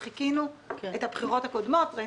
אנחנו מונעים מהמבוטחים של קופת חולים